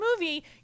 movie